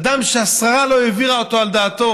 אדם שהשררה לא העבירה אותו על דעתו,